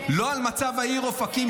לא על מצב העיר אופקים,